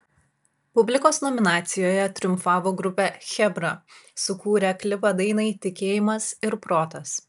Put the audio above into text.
publikos nominacijoje triumfavo grupė chebra sukūrę klipą dainai tikėjimas ir protas